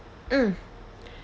mm